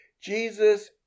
Jesus